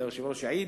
והיושב-ראש יעיד,